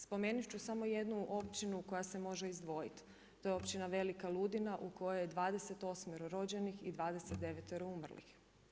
Spomenut ću samo jednu općinu koja se može izdvojiti to je općina Velika Ludina u kojoj je 28 rođenih i 29 umrlih.